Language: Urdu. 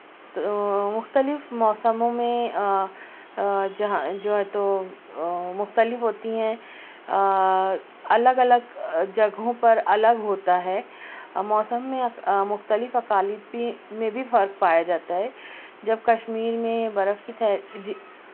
تو مختلف موسموں میں جہاں جو ہے تو مختلف ہوتی ہیں الگ الگ جگہوں پر الگ ہوتا ہے موسم میں مختلف اکالیپی میں بھی فرق پایا جاتا ہے جب کشمیر میں برف کی جھی